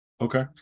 Okay